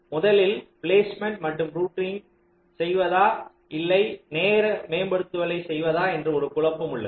முதலில் பிலேஸ்மேன்ட் மற்றும் ரூட்டிங் செய்வதா இல்லை நேர மேம்படுத்துதலை செய்வதா என்ற குழப்பம் உள்ளது